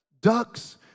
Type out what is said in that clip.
Ducks